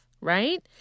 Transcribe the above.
right